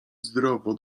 zdrowo